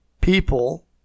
people